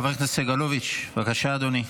חבר הכנסת סגלוביץ', בבקשה, אדוני.